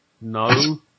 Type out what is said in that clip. No